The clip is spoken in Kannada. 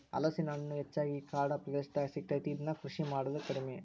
ಹಲಸಿನ ಹಣ್ಣು ಹೆಚ್ಚಾಗಿ ಕಾಡ ಪ್ರದೇಶದಾಗ ಸಿಗತೈತಿ, ಇದ್ನಾ ಕೃಷಿ ಮಾಡುದ ಕಡಿಮಿ